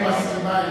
אם היא מסכימה,